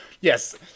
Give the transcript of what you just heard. Yes